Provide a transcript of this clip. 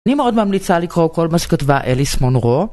אני מאוד ממליצה לקרוא כל מה שכתבה אליס מונרו